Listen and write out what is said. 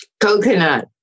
Coconut